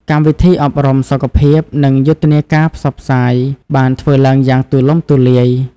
កម្មវិធីអប់រំសុខភាព និងយុទ្ធនាការផ្សព្វផ្សាយបានធ្វើឡើងយ៉ាងទូលំទូលាយ។